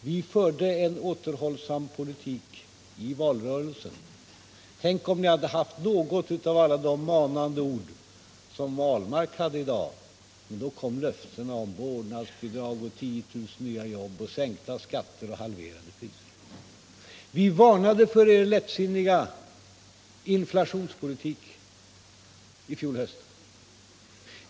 Vi förde en återhållsam politik i valrörelsen, men tänk om ni då hade fört fram något av Per Ahlmarks alla manande ord i dag i stället för alla löften om vårdnadsbidrag, 10 000 nya jobb, sänkta skatter och halverade priser. Vi varnade för er lättsinniga inflationspolitik i fjol höst.